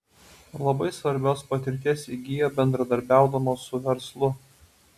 labai svarbios patirties įgijo bendradarbiaudamos su verslu